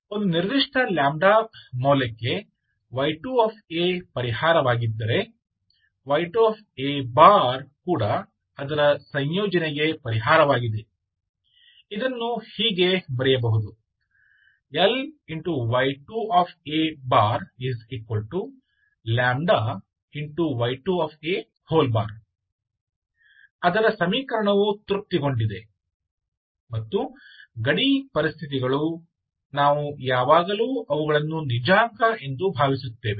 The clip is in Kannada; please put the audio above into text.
ಒಂದು ನಿರ್ದಿಷ್ಟ λ ಮೌಲ್ಯಕ್ಕೆ y2 a ಪರಿಹಾರವಾಗಿದ್ದರೆ y2 a ಕೂಡ ಅದರ ಸಂಯೋಜನೆಗೆ ಪರಿಹಾರವಾಗಿದೆ ಇದನ್ನು ಹೀಗೆ ಬರೆಯಬಹುದು Ly2 ay2 a ಅದರ ಸಮೀಕರಣವು ತೃಪ್ತಿಗೊಂಡಿದೆ ಮತ್ತು ಗಡಿ ಪರಿಸ್ಥಿತಿಗಳು ನಾವು ಯಾವಾಗಲೂ ಅವುಗಳನ್ನು ನಿಜಾಂಕ ಎಂದು ಭಾವಿಸುತ್ತೇವೆ